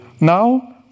Now